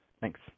Thanks